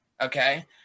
okay